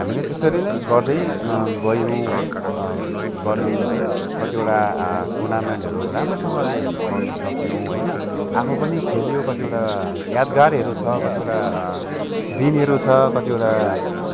हामीले त्यसरी नै गर्दै गयौँ है गऱ्यौँ है कतिवटा टुर्नामेन्टहरू राम्रोसँगले गर्न सक्यौँ होइन आफू पनि खेलियो कतिवटा यादगारहरू छ कतिवटा दिनहरू छ कतिवटा